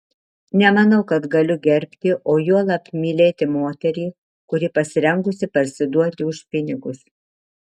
nemanau kad galiu gerbti o juolab mylėti moterį kuri pasirengusi parsiduoti už pinigus